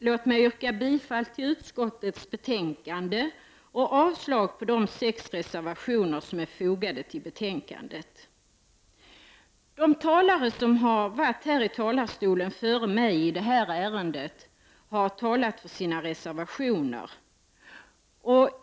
Låt mig få yrka bifall till utskottets hemställan och avslag på de sex reservationer som är fogade till betänkandet. De talare som varit här i talarstolen före mig i detta ärende har talat för sina reservationer.